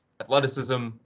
athleticism